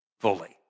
fully